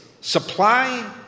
supply